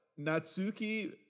Natsuki